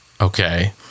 Okay